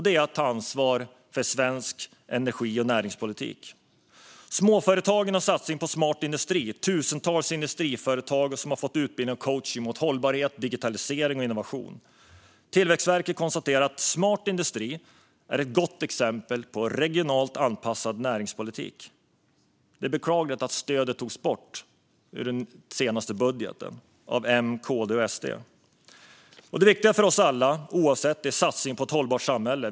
Det är att ta ansvar för svensk energi och näringspolitik. När det gäller småföretagen och satsningen Smart industri har tusentals industriföretag fått utbildning och coachning mot hållbarhet, digitalisering och innovation. Tillväxtverket konstaterar att Smart industri är ett gott exempel på regionalt anpassad näringspolitik. Det är beklagligt att stödet togs bort ur den senaste budgeten av M, KD och SD. Det viktiga för oss alla, oavsett detta, är satsningen på ett hållbart samhälle.